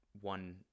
one